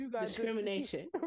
Discrimination